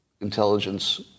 intelligence